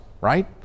right